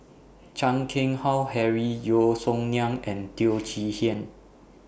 Chan Keng Howe Harry Yeo Song Nian and Teo Chee Hean